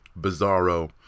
bizarro